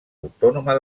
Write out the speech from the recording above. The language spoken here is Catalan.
autònoma